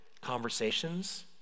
conversations